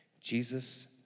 Jesus